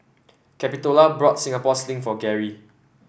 Capitola bought Singapore Sling for Gary